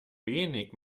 wenig